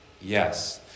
Yes